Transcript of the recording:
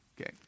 Okay